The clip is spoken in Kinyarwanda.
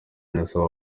innocent